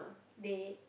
they